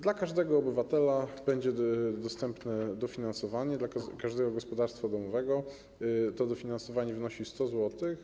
Dla każdego obywatela będzie dostępne dofinansowanie, dla każdego gospodarstwa domowego to dofinansowanie wynosi 100 zł.